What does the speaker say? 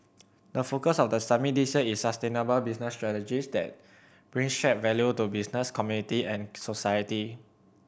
the focus of the summit this year is sustainable business strategies that bring shared value to business community and society